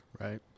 Right